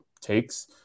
takes